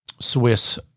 Swiss